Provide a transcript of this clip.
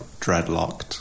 dreadlocked